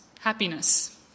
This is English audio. happiness